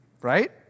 Right